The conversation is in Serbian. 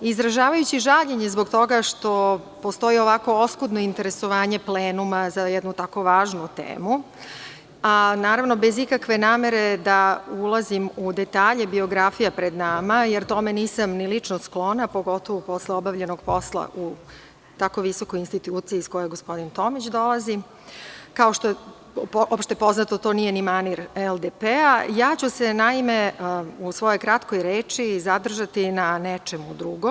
Izražavajući žaljenje zbog toga što postoji ovako oskudno interesovanje plenuma za jednu tako važnu temu, a bez ikakve namere da ulazim u detalje biografija pred nama, jer tome nisam ni lično sklona, pogotovo posle obavljenog posla u tako visokoj instituciji iz koje gospodin Tomić dolazi, kao što je opšte poznato to nije ni manir LDP-a, ja ću se u svojoj kratkoj reči zadržati na nečemu drugom.